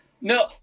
no